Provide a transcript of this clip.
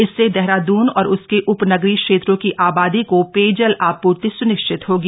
इससे देहरादून और उसके उपनगरीय क्षेत्रों की आबादी को पेयजल आपूर्ति सुनिश्चित होगी